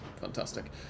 fantastic